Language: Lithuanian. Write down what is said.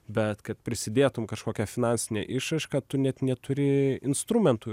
bet kad prisidėtum kažkokia finansine išraiška tu net neturi instrumentų